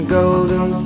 golden